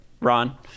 Ron